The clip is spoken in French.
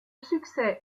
succès